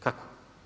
Kako?